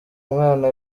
mwana